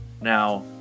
Now